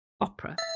Opera